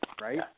right